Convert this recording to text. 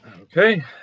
okay